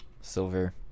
Silver